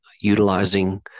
utilizing